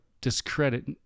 discredit